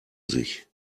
sich